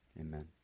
Amen